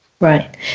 Right